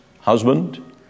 husband